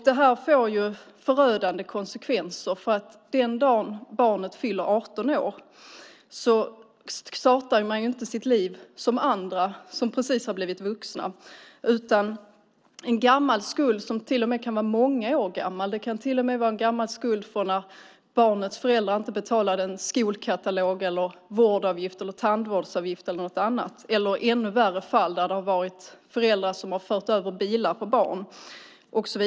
Detta får förödande konsekvenser, för den dag barnet fyller 18 år kan man inte starta sitt liv som andra som precis har blivit vuxna. En gammal skuld kan vara många år gammal. Det kan till och med vara en gammal skuld för att barnets föräldrar inte betalade en skolkatalog, vårdavgift, tandvårdsavgift eller något annat. Det finns ännu värre fall, där föräldrar har fört över bilar på barn.